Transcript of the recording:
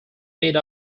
made